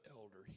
elder